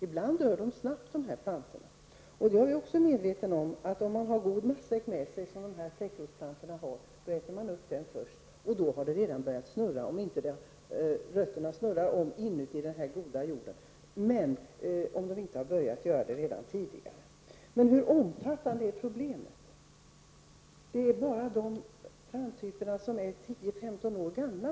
Ibland dör plantorna snabbt, men jag är också medveten om att om man har god matsäck med sig, som täckrotsplantorna har, äter man upp den först. Om rötterna inte har snurrat redan tidigare, börjar de göra det i den goda jorden. Hur omfattande är problemet? Man har bara undersökt planttyper som är 10--15 år gamla.